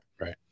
Right